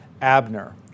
Abner